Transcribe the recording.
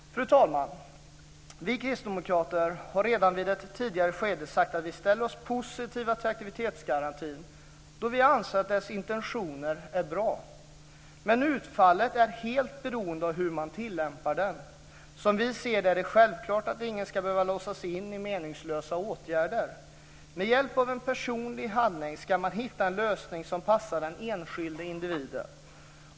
Fru talman! Vi kristdemokrater har redan i ett tidigare skede sagt att vi ställer oss positiva till aktivitetsgarantin, då vi anser att dess intentioner är bra. Men utfallet är helt beroende av hur man tillämpar den. Som vi ser det är det självklart att ingen ska behöva låsas in i meningslösa åtgärder. Med hjälp av en personlig handläggning ska man hitta en lösning som passar den enskilda individen.